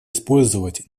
использовать